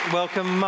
welcome